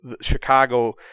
Chicago